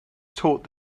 taught